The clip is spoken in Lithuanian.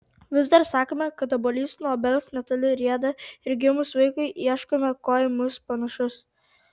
vis dar sakome kad obuolys nuo obels netoli rieda ir gimus vaikui ieškome kuo į mus panašus